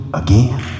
again